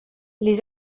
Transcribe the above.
les